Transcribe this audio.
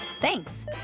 Thanks